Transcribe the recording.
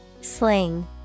Sling